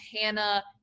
Hannah